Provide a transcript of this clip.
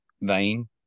vein